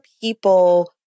people